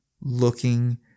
looking